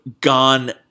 gone